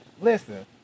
listen